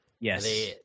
Yes